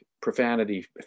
profanity